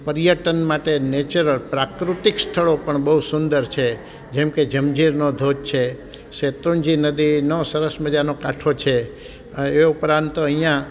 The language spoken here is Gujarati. પર્યટન માટે નેચરલ પ્રાકૃતિક સ્થળો પણ બહુ સુંદર છે જેમકે ઝમઝેરનો ધોધ છે સેતૃંજી નદીનો સરસ મજાનો કાંઠો છે એ ઉપરાંત અહીંયા